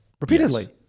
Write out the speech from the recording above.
repeatedly